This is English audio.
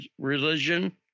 religion